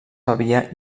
bevia